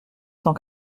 cent